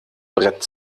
brett